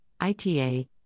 ITA